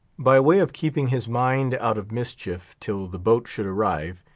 by way of keeping his mind out of mischief till the boat should arrive,